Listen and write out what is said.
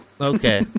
okay